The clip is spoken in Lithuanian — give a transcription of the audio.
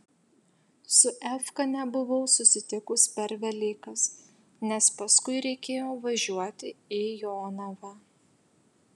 su efka nebuvau susitikus per velykas nes paskui reikėjo važiuoti į jonavą